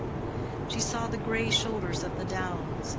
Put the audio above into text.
she saw the gray shoulders of the downs,